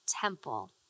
temple